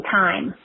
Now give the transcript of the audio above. time